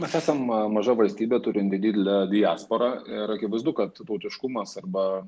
mes esam maža valstybė turinti didelę diasporą ir akivaizdu kad tautiškumas arba